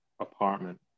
apartment